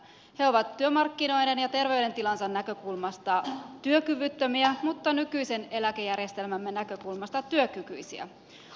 he ovat työmarkkinoiden ja ter veydentilansa näkökulmasta työkyvyttömiä mutta nykyisen eläkejärjestelmämme näkökulmasta työkykyisiä